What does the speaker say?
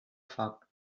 foc